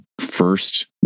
first